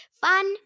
Fun